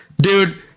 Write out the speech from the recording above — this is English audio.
Dude